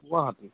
Guwahati